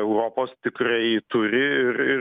europos tikrai turi ir ir